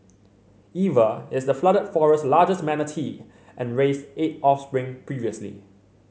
Eva is the Flooded Forest's largest manatee and raised eight offspring previously